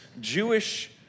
Jewish